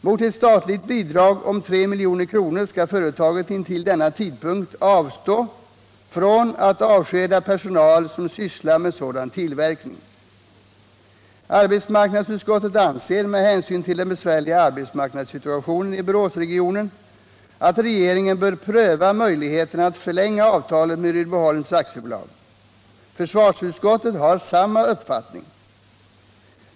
Mot ett statligt bidrag på 3 milj.kr. skall företaget intill denna tidpunkt avstå från att avskeda personal som sysslar med sådan tillverkning. Arbetsmarknadsutskottet anser — med hänsyn till den besvärliga arbetsmarknadssituationen i Boråsregionen — att regeringen bör pröva möjligheterna att förlänga avtalet med Rydboholms AB. Försvarsutskottet har samma uppfattning.